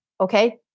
Okay